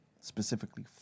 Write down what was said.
specifically